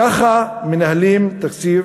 ככה מנהלים תקציב